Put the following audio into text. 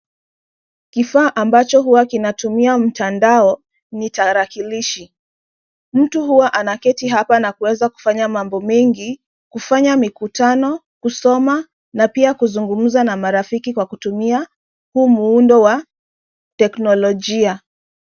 Kifaa ambacho huwa kinatumia mtandao ni tarakilishi. Mtu huwa anaketi hapa na kuweza kufanya mambo mengi, kufanya mikutano, kusoma, na pia kuzungumza na marafiki kwa kutumia huu muundo wa teknolojia.